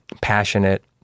passionate